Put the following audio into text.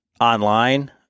online